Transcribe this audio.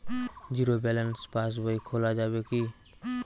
Zero balance পাশ বই খোলা যাবে কি?